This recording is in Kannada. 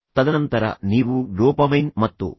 ತದನಂತರ ನೀವು ಡೋಪಮೈನ್ ಮತ್ತು ಅಡ್ರಿನಾಲಿನ್ ಎರಡನ್ನೂ ಪಡೆಯುತ್ತೀರಿ